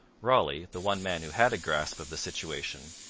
raleigh, the one man who had a grasp of the situation,